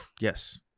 Yes